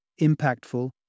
impactful